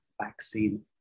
vaccine